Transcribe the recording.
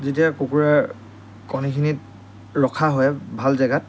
যেতিয়া কুকুৰাৰ কণীখিনিত ৰখা হয় ভাল জেগাত